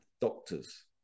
doctors